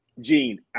Gene